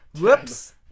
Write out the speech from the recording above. Whoops